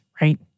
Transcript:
right